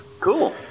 Cool